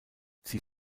sie